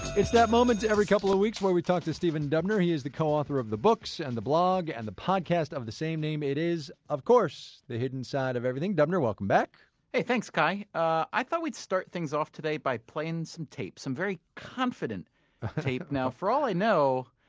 it's that moment every couple of weeks when we talk to stephen dubner. he is the co-author of the books and the blog and the podcast of the same name. it is, of course, the hidden side of everything. dubner, welcome back hey thanks, kai. i thought we'd start things off today by playing some tape. some very confident tape. now, for all i know,